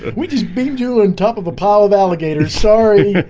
but we just been doing top of a pile of alligators. sorry